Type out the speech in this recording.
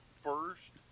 first